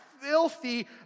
filthy